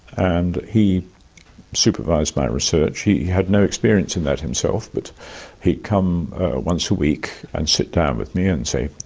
and he supervised my research. he had no experience in that himself, but he would come once a week and sit down with me and say,